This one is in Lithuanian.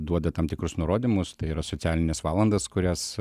duoda tam tikrus nurodymus tai yra socialines valandas kurias